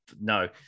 no